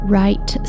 right